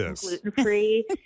gluten-free